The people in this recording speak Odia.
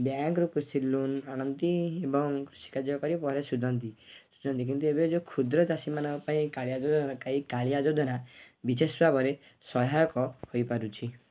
ବ୍ୟାଙ୍କରୁ କୃଷି ଲୋନ୍ ଆଣନ୍ତି ଏବଂ କୃଷି କାର୍ଯ୍ୟ କରି ପରେ ସୁଝନ୍ତି ସୁଝନ୍ତି କିନ୍ତୁ ଏବେ ଯେଉଁ କ୍ଷୁଦ୍ର ଚାଷୀ ମାନଙ୍କ ପାଇଁ ଏଇ କାଳିଆ ଯୋଜନା କାଇ କାଳିଆ ଯୋଜନା ବିଶେଷ ଭାବରେ ସହାୟକ ହୋଇପାରୁଛି